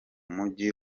mujyi